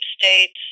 state's